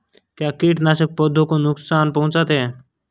क्या कीटनाशक पौधों को नुकसान पहुँचाते हैं?